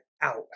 out